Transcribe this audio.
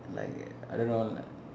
like I don't know like